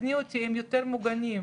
תקני אותי, הם יותר מוגנים,